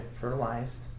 fertilized